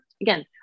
again